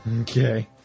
okay